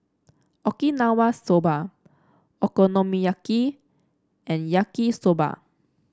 Okinawa Soba Okonomiyaki and Yaki Soba